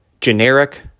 generic